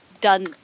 done